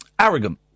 arrogant